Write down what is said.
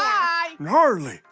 hi gnarly